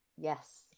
Yes